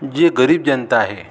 जे गरीब जनता आहे